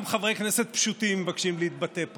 גם חברי כנסת פשוטים מבקשים להתבטא פה.